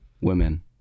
Women